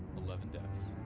eleven deaths